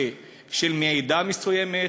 של מעידה מסוימת,